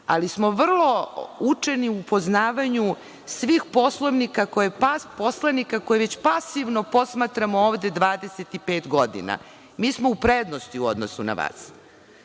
ali smo vrlo učeni u upoznavanju svih poslanika koje već pasivno posmatramo ovde 25 godina. Mi smo u prednosti u odnosu na vas. Isto